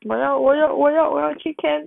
我要我要我要我要去 camp